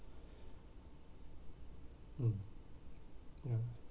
mm mm